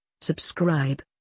Subscribe